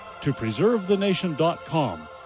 topreservethenation.com